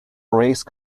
erase